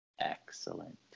Excellent